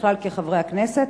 ובכלל כחברי הכנסת,